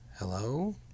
Hello